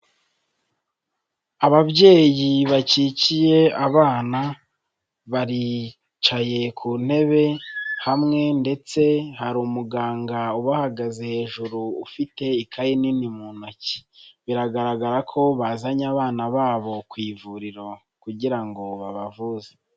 Ababyeyi bakikiye abana, baricaye ku ntebe hamwe ndetse hari umuganga ubahagaze hejuru ufite ikaye nini mu ntoki. Biragaragara ko bazanye abana babo ku ivuriro kugira ngo babavuze.